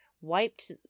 wiped